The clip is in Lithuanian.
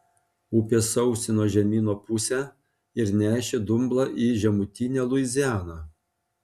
upė sausino žemyno pusę ir nešė dumblą į žemutinę luizianą